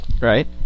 right